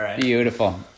Beautiful